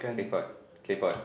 claypot claypot